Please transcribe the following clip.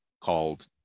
called